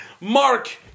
Mark